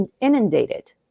inundated